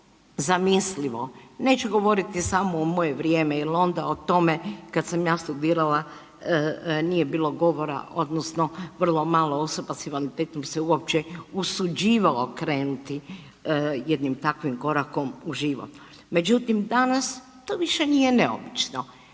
zamislivo. Neću govoriti samo u moje vrijeme jer onda o tome kad sam ja studirala nije bilo govora, odnosno vrlo malo osoba s invaliditetom se uopće usuđivalo krenuti jednim takvim korakom u život. Međutim, danas to više nije neobično.